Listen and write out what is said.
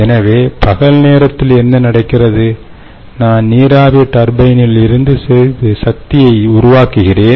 எனவே பகல் நேரத்தில் என்ன நடக்கிறது நான் நீராவி டர்பைணிலிருந்து சிறிது சக்தியை உருவாக்குகிறேன்